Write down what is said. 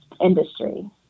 industry